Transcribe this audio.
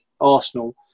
Arsenal